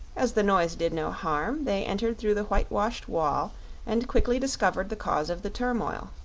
as the noise did no harm, they entered through the whitewashed wall and quickly discovered the cause of the turmoil.